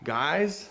guys